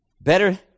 Better